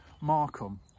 Markham